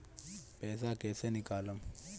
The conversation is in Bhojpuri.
पैसा कैसे निकालम?